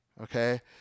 okay